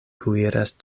kuiras